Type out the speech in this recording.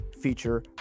feature